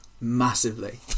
massively